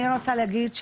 אני רוצה להגיד,